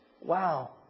wow